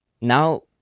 Now